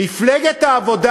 מפלגת העבודה,